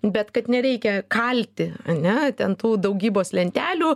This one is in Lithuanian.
bet kad nereikia kalti ane ten tų daugybos lentelių